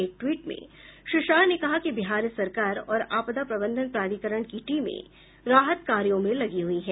एक ट्वीट में श्री शाह ने कहा कि बिहार सरकार और आपदा प्रबंधन प्राधिकरण की टीमें राहत कार्यों में लगी हई हैं